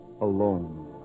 alone